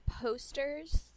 posters